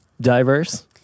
diverse